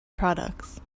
products